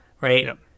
Right